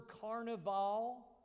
carnival